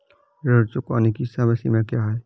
ऋण चुकाने की समय सीमा क्या है?